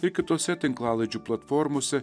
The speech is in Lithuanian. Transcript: ir kitose tinklalaidžių platformose